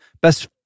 best